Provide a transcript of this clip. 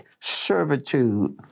servitude